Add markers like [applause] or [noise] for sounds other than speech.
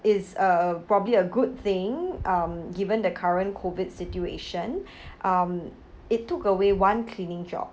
is uh probably a good thing um given the current COVID situation [breath] um it took away one cleaning job